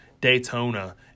Daytona